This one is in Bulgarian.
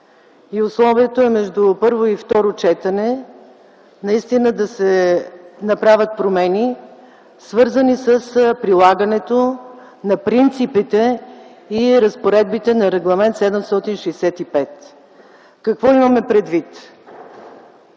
И условието е между първо и второ четене наистина да се направят промени, свързани с прилагането на принципите и разпоредбите на Регламент № 765. Какво имаме предвид?